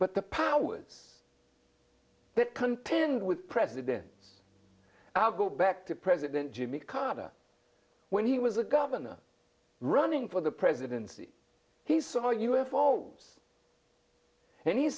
but the powers that contend with presidents and i'll go back to president jimmy carter when he was a governor running for the presidency he saw us faults and he